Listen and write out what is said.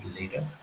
later